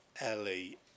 Ellie